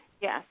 Yes